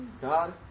God